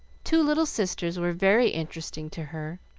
two little sisters were very interesting to her,